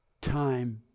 time